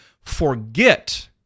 forget